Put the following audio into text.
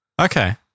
Okay